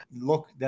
Look